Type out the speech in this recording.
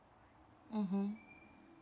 mmhmm